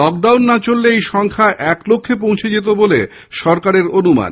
lockdown না চললে এই সংখ্যা এক লক্ষে পৌঁছে যেতো বলে সরকারের অনুমান